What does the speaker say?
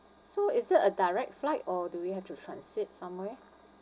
so is there a direct flight or do we have to transit somewhere